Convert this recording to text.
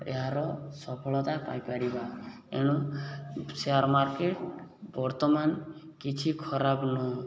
ଏହାର ସଫଳତା ପାଇପାରିବା ଏଣୁ ସେୟାର ମାର୍କେଟ ବର୍ତ୍ତମାନ କିଛି ଖରାପ ନୁହଁ